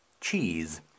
cheese